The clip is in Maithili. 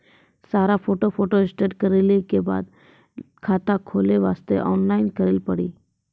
सारा फोटो फोटोस्टेट लेल के बाद खाता खोले वास्ते ऑनलाइन करिल पड़ी?